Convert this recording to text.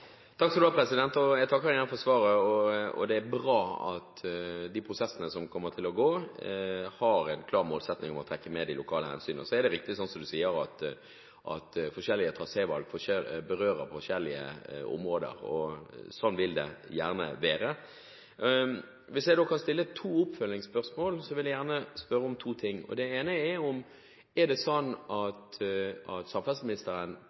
er bra at de prosessene som kommer til å gå, har en klar målsetting om å trekke med de lokale hensynene. Det er riktig, som statsråden sier, at forskjellige trasévalg berører forskjellige områder. Sånn vil det gjerne være. Hvis jeg kan, vil jeg gjerne stille to oppfølgingsspørsmål. Det ene er om samferdselsministeren per nå er overbevist om at vi trenger en ny fjordkryssing – nærmest koste hva det koste vil – i en sånn setting? Er han overbevist om det per dags dato? Det